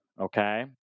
okay